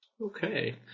Okay